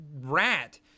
rat